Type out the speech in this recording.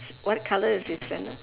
what colour is his sandal